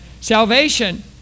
salvation